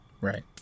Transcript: Right